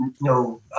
no